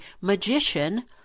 magician